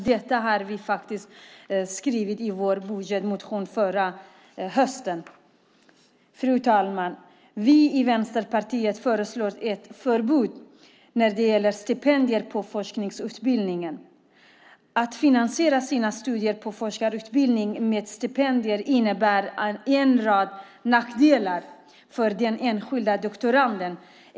Detta har vi skrivit i vår budgetmotion förra hösten. Fru talman! Vi i Vänsterpartiet föreslår ett förbud när det gäller stipendier på forskarutbildningen. Att finansiera sina studier på forskarutbildningen med stipendier innebär en rad nackdelar för den enskilde doktoranden.